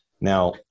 Now